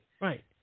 right